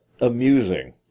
amusing